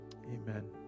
Amen